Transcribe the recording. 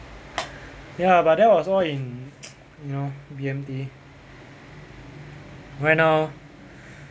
ya but that was all in you know B_M_T right now